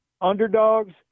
underdogs